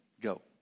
go